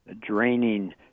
draining